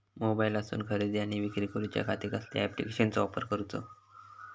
मोबाईलातसून खरेदी आणि विक्री करूच्या खाती कसल्या ॲप्लिकेशनाचो वापर करूचो?